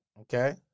okay